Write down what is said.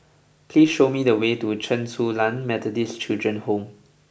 please show me the way to Chen Su Lan Methodist Children's Home